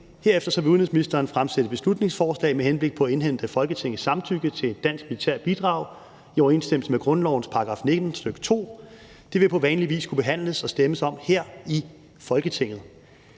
Herefter vil udenrigsministeren fremsætte et beslutningsforslag med henblik på at indhente Folketingets samtykke til et dansk militært bidrag i overensstemmelse med grundlovens § 19, stk. 2. Det vil på vanlig vis skulle behandles og stemmes om her i Folketinget,